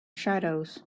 shadows